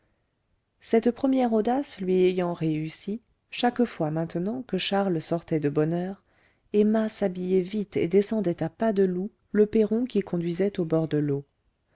cette première audace lui ayant réussi chaque fois maintenant que charles sortait de bonne heure emma s'habillait vite et descendait à pas de loup le perron qui conduisait au bord de l'eau